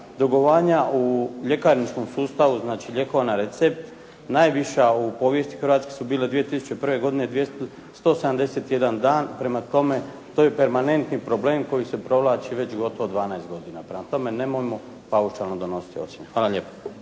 dugovanja u ljekarničkom sustavu znači lijekova na recept, najviša u povijesti Hrvatske su bila 2001. godine 171 dan. Prema tome to je permanentni problem koji se provlači već gotovo 12 godina. Prema tome nemojmo paušalno donositi ocjene. Hvala lijepo.